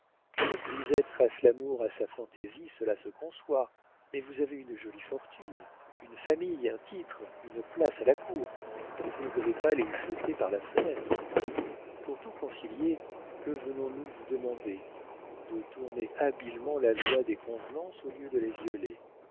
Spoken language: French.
qu'une grisette fasse l'amour à sa fantaisie cela se conçoit mais vous avez une jolie fortune une famille un titre une place à la cour et vous ne devez pas les jeter par la fenêtre pour tout concilier que venons nous vous demander de tourner habilement la loi des convenances au lieu de la violer